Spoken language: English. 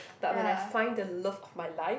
but when I find the love of my life